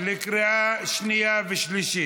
לקריאה שנייה ושלישית.